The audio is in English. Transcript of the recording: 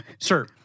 sir